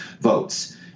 votes